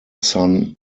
sun